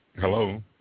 Hello